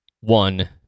one